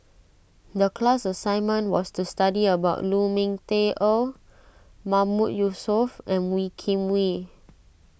the class assignment was to study about Lu Ming Teh Earl Mahmood Yusof and Wee Kim Wee